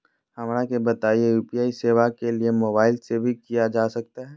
हमरा के बताइए यू.पी.आई सेवा के लिए मोबाइल से भी किया जा सकता है?